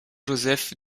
joseph